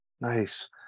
Nice